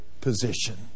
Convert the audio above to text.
position